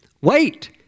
wait